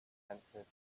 answered